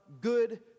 good